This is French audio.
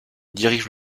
dirige